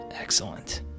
Excellent